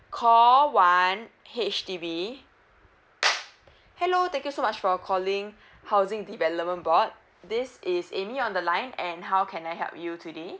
call one H_D_B hello thank you so much for calling housing development board this is amy on the line and how can I help you today